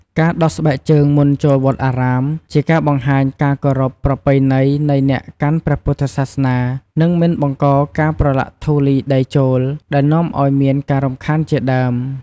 ការដោះស្បែកជើងមុនចូលវត្តអារាម ជាការបង្ហាញការគោរពប្រពៃណីនៃអ្នកកាន់ព្រះពុទ្ធសាសនា និងមិនបង្កការប្រលាក់ធូលីដីចូល ដែលនាំឱ្យមានការរំខានជាដើម។